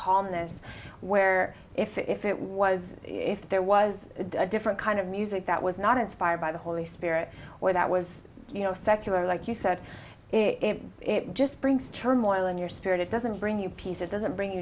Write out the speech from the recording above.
calmness where if it if it was if there was a different kind of music that was not inspired by the holy spirit or that was you know secular like you said it just brings turmoil in your spirit it doesn't bring you peace it doesn't bring you